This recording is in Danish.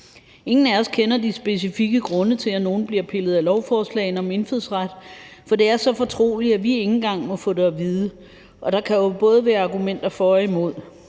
Ingen af os kender de specifikke grunde til, at nogen bliver pillet af lovforslagene om indfødsret, for det er så fortroligt, at vi ikke engang må få det at vide. Der kan jo både være argumenter for og imod,